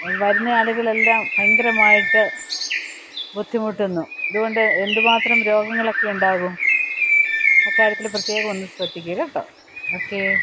വരുന്ന ആളുകളെല്ലാം ഭയങ്കരമായിട്ട് ബുദ്ധിമുട്ടുന്നു അതുകൊണ്ട് എന്തുമാത്രം രോഗങ്ങളൊക്കെ ഉണ്ടാകും അക്കാര്യത്തില് പ്രത്യേകം ഒന്ന് ശ്രദ്ധിക്ക് കേട്ടോ ഓക്കേ